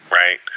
right